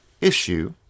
issue